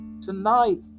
Tonight